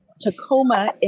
Tacoma